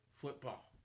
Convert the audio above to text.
football